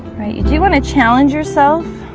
alright you do want to challenge yourself